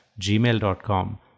gmail.com